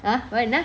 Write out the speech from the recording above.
ah what என்ன :enna